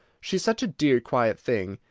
she is such a dear quiet thing,